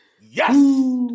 yes